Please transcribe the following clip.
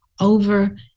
over